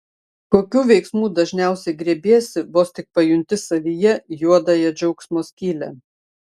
kokių veiksmų dažniausiai griebiesi vos tik pajunti savyje juodąją džiaugsmo skylę